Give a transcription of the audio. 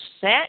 set